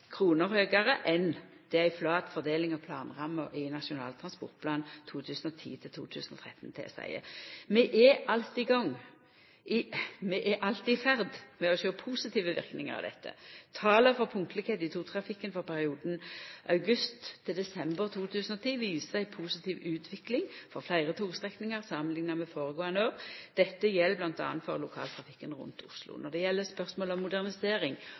enn det ei flat fordeling av planramma i Nasjonal transportplan for 2010–2013 tilseier. Vi er alt i ferd med å sjå positive verknader av dette. Tala for punktlegskap i togtrafikken for perioden august–desember 2010 viser ei positiv utviking for fleire togstrekningar samanlikna med føregåande år. Dette gjeld bl.a. for lokaltrafikken rundt Oslo. Når det gjeld spørsmålet om modernisering